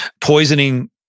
poisoning